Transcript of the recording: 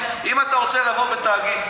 אם אתה רוצה לבוא בתאגיד,